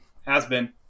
has-been